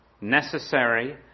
necessary